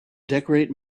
decorate